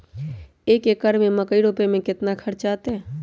एक एकर में मकई रोपे में कितना खर्च अतै?